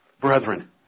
Brethren